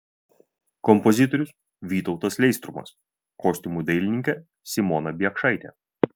kompozitorius vytautas leistrumas kostiumų dailininkė simona biekšaitė